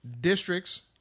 districts